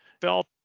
Felt